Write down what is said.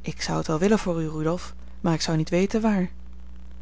ik zou het wel willen voor u rudolf maar ik zou niet weten waar